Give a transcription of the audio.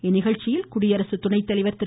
இந்நிகழ்ச்சியில் குடியரசு துணைத்தலைவர் திரு